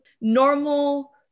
Normal